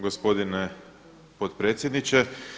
Gospodine potpredsjedniče!